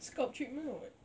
scalp treatment or what